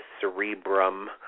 cerebrum